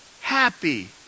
happy